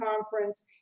conference